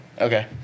okay